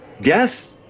yes